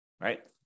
right